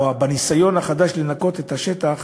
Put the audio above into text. או בניסיון החדש לנקות את השטח,